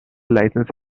license